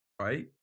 right